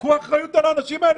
קחו אחריות על האנשים האלה.